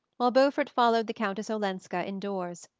while beaufort followed the countess olenska indoors.